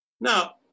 Now